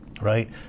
right